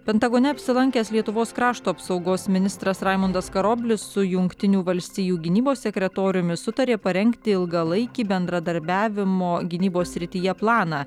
pentagone apsilankęs lietuvos krašto apsaugos ministras raimundas karoblis su jungtinių valstijų gynybos sekretoriumi sutarė parengti ilgalaikį bendradarbiavimo gynybos srityje planą